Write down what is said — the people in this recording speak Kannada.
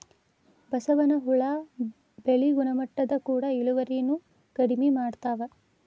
ಬಸವನ ಹುಳಾ ಬೆಳಿ ಗುಣಮಟ್ಟದ ಕೂಡ ಇಳುವರಿನು ಕಡಮಿ ಮಾಡತಾವ